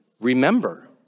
remember